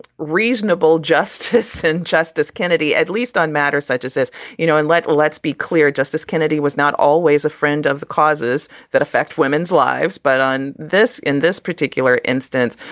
reasonable justice and justice kennedy, at least on matters such as as you know and let let's be clear, justice kennedy was not always a friend of causes that affect women's lives. but on this in this particular instance,